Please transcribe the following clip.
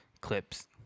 Clips